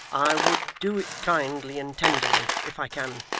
i would do it kindly and tenderly if i can.